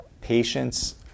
Patients